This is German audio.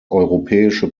europäische